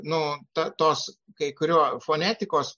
nu ta tos kai kurio fonetikos